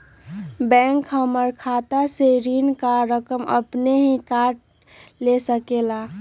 Bank हमार खाता से ऋण का रकम अपन हीं काट ले सकेला?